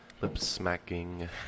lip-smacking